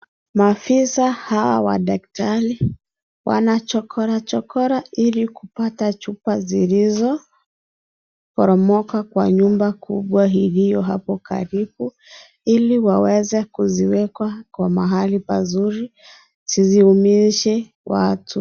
Maafisa hawa wa daktari wanachokora chokora ili kupata chupa zilizoporomoka kwa nyumba kubwa iliyo hapo karibu ili waweze kuziweka kwa mahali pazuri zisiumize watu.